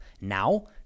Now